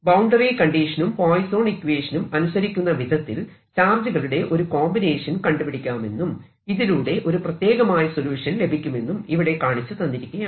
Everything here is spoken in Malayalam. ബൌണ്ടറി കണ്ടീഷനും പോയിസോൻ ഇക്വേഷനും അനുസരിക്കുന്ന വിധത്തിൽ ചാർജുകളുടെ ഒരു കോമ്പിനേഷൻ കണ്ടുപിടിക്കാമെന്നും ഇതിലൂടെ ഒരു പ്രത്യേകമായ സൊല്യൂഷൻ ലഭിക്കുമെന്നും ഇവിടെ കാണിച്ചു തന്നിരിക്കയാണ്